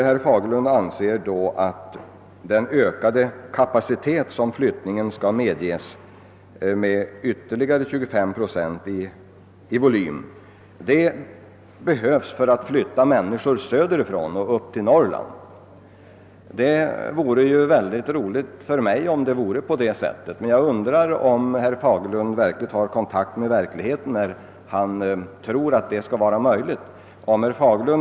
Herr Fagerlund anser då att den ökade kapacitet med ytterligare 25 procent som föreslås till flyttningsbidrag behövs för att flytta människor söderifrån upp till Norrland. Det vore roligt för mig om det bleve så, men jag undrar om herr Fagerlund verkligen har kontakt med verkligheten när han tror att detta kan bli möjligt under nästa budgetår.